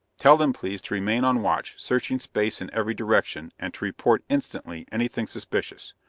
tell them, please, to remain on watch, searching space in every direction, and to report instantly anything suspicious.